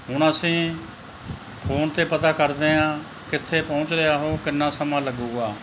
ਹੁਣ ਅਸੀਂ ਫੋਨ 'ਤੇ ਪਤਾ ਕਰਦੇ ਹਾਂ ਕਿੱਥੇ ਪਹੁੰਚ ਰਿਹਾ ਉਹ ਕਿੰਨਾ ਸਮਾਂ ਲੱਗੇਗਾ